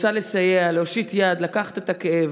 רוצה לסייע, להושיט יד, לקחת את הכאב.